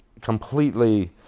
completely